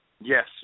Yes